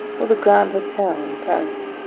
or the grand hotel in paris.